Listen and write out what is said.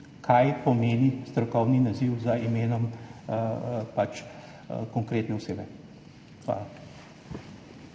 kaj pomeni strokovni naziv za imenom konkretne osebe. Hvala.